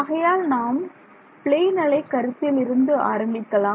ஆகையால் நாம் பிளேன் அலை கருத்தில் இருந்து ஆரம்பிக்கலாம்